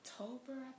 October